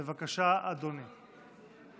בבקשה, אדוני.